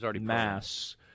Mass